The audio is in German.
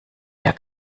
der